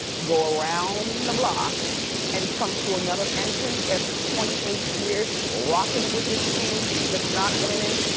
go around the block and come through another entrance after twenty eight years rockin' with this team that's not winnin'.